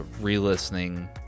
re-listening